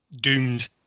doomed